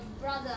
brother